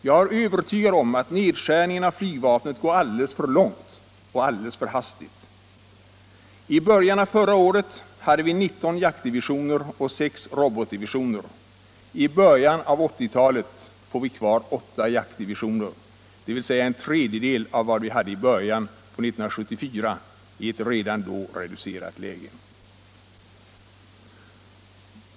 Jag är övertygad om att nedskärningen av flygvapnet går alldeles för långt och alldeles för hastigt. I början av förra året hade vi 19 jaktdivisioner och 6 robotdivisioner — i början av 80-talet får vi kvar 8 jaktdivisioner, dvs. en tredjedel av vad vi hade i början på 1974 i ett redan då reducerat läge.